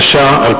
התש"ע 2010,